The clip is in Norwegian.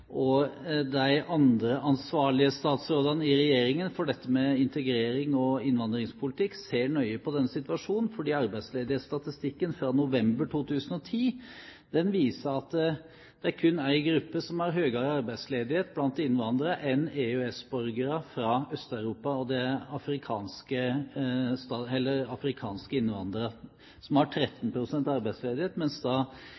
de andre ansvarlige statsrådene i regjeringen for dette med integrerings- og innvandringspolitikk, ser nøye på denne situasjonen, fordi arbeidsledighetsstatistikken fra november 2010 viser at det blant innvandrere kun er én gruppe som har høyere arbeidsledighet enn EØS-borgere fra Øst-Europa, og det er afrikanske innvandrere, som har